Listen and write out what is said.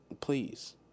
please